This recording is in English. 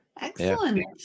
Excellent